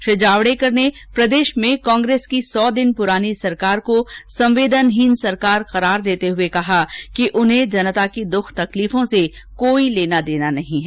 श्री जावडेकर ने प्रदेश में कांग्रेस की सौ दिन पुरानी सरकार को संवेदनहीन सरकार करार देते हुए कहा कि उन्हें जनता की दुख तकलीफों से कोई लेना देना नहीं है